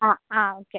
ആ ആ ഓക്കെ